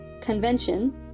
convention